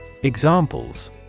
Examples